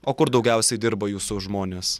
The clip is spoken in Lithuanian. o kur daugiausiai dirba jūsų žmonės